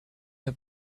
had